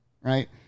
Right